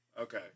Okay